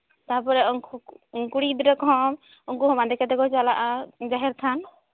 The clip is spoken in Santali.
ᱛᱟᱯᱚᱨᱮ ᱩᱱᱠᱩ ᱠᱩᱲᱤ ᱜᱤᱫᱽᱨᱟᱹ ᱠᱚᱦᱚᱸ ᱩᱱᱠᱩ ᱦᱚᱸ ᱵᱟᱸᱫᱮ ᱠᱟᱛᱮ ᱠᱚ ᱪᱟᱞᱟᱜᱼᱟ ᱡᱟᱦᱮᱨ ᱛᱷᱟᱱ